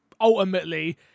Ultimately